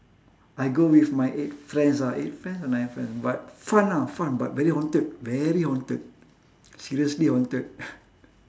I go with my eight friends ah eight friends or nine friends but fun ah fun but very haunted very haunted seriously haunted